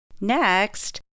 Next